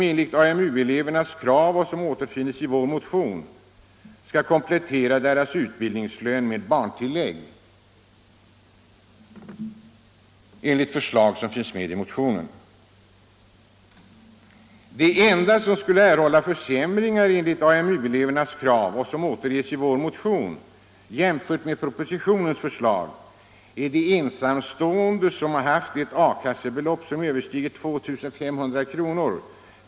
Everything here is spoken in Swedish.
Enligt AMU-elevernas krav, som också återfinns i vår motion, skulle De enda som skulle erhålla försämringar enligt AMU-elevernas krav - som återges i vår motion — jämfört med propositionens förslag är de ensamstående som haft ett A-kassebelopp som överstiger 2 500 kr.